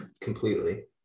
Completely